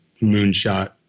moonshot